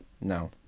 no